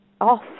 off